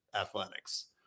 athletics